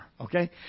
okay